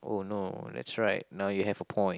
oh no that's right now you have a point